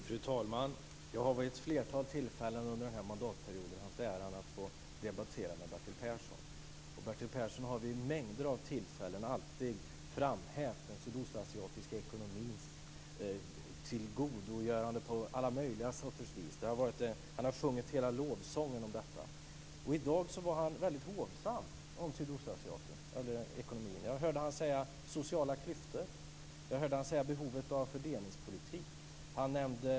Fru talman! Jag har vid ett flertal tillfällen under mandatperioden haft äran att få debattera med Bertil Persson. Bertil Persson har vid mängder av tillfällen alltid framhävt den sydostasiatiska ekonomins tillgodogöranden. Han har sjungit hela lovsången om detta. I dag har Bertil Persson varit hovsam om ekonomin i Sydostasien. Jag hörde honom säga sociala klyftor. Jag hörde honom säga behovet av fördelningspolitik.